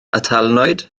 atalnwyd